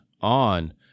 on